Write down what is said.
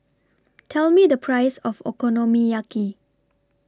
Tell Me The Price of Okonomiyaki